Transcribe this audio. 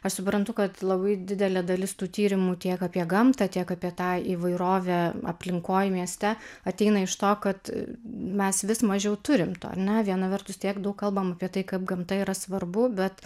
aš suprantu kad labai didelė dalis tų tyrimų tiek apie gamtą tiek apie tą įvairovę aplinkoj mieste ateina iš to kad mes vis mažiau turim to ar ne viena vertus tiek daug kalbam apie tai kaip gamta yra svarbu bet